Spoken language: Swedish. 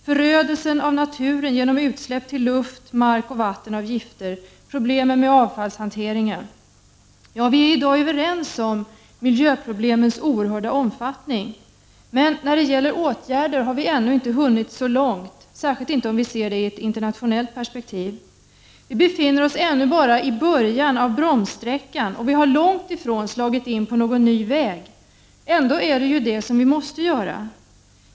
Herr talman! Vårt samhälle har det senaste århundradet utvecklats i en rasande fart, och fastän det nog har funnits många som har varit tveksamma till vart det skulle bära hän är det först ganska nyligen som vi har nått en gemensam förståelse för de problem som industrialiseringen har fört med sig: det enorma resursslöseriet, som har lett till en utarmning av vår planet, förödelsen av naturen genom utsläpp av gifter till luft, mark och vatten, problemen med avfallshanteringen. Vi är i dag överens om miljöproblemens oerhörda omfattning, men när det gäller åtgärder har vi ännu inte hunnit så långt, särskilt inte om vi ser det i ett internationellt perspektiv. Vi befinner oss ännu bara i början av bromssträckan, och vi har långt ifrån slagit in på någon ny väg. Ändå är det det som vi måste göra.